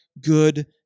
good